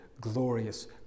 glorious